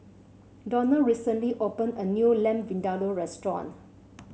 Donald recently opened a new Lamb Vindaloo restaurant